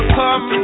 come